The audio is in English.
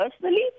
personally